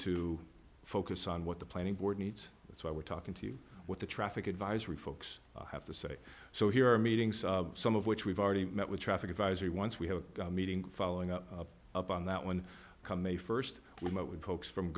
to focus on what the planning board needs that's why we're talking to you what the traffic advisory folks have to say so here are meetings some of which we've already met with traffic advisory once we have a meeting following up up on that one come a first we met with folks from